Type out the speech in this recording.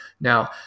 now